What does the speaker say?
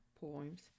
poems